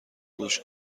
گوش